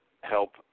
help